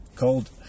cold